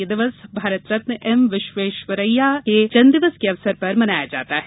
यह दिवस भारतरत्न एमविश्वैश्वरैया के जन्मदिवस के अवसर पर मनाया जाता है